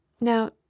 Now